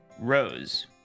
rose